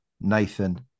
Nathan